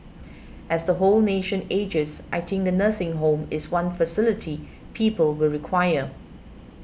as the whole nation ages I think the nursing home is one facility people will require